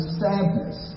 sadness